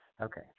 Okay